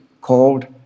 called